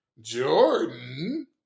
Jordan